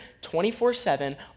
24-7